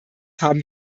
haben